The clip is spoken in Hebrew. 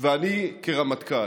ואני כרמטכ"ל.